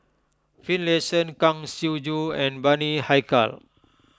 Finlayson Kang Siong Joo and Bani Haykal